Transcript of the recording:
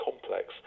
complex